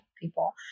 people